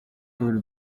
kabiri